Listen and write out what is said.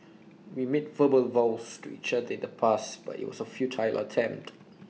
we made verbal vows to each other in the past but IT was A futile attempt